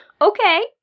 okay